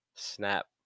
snap